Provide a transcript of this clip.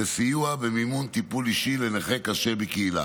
וסיוע במימון טיפול אישי לנכה קשה בקהילה.